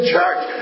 church